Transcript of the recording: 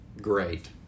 Great